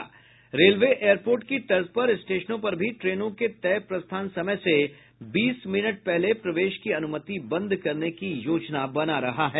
railway airport की तर्ज पर स्टेशनों पर भी ट्रेनों के तय प्रस्थान समय से बीस मिनट पहले प्रवेश की अनुमति बंद करने की योजना बना रहा है